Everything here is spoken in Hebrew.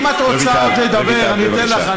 אם את רוצה עוד לדבר, אני אתן לך.